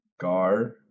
Gar